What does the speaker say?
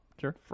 Sure